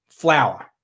Flour